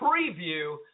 preview